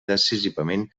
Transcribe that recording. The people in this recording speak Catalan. decisivament